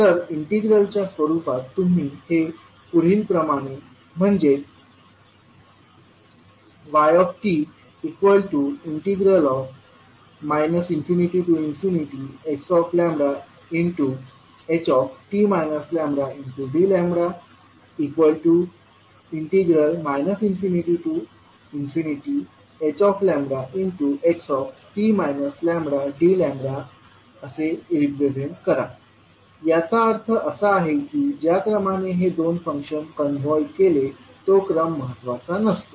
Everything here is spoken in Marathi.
तर इंटिग्रल च्या स्वरूपात तुम्ही हे पुढील प्रमाणे म्हणजे yt ∞xht λdλ ∞hxt λdλ असे रिप्रेझेंट करा याचा अर्थ असा आहे की ज्या क्रमाने हे दोन फंक्शन कॉन्व्हॉल्ड केले तो क्रम महत्वाचा नसतो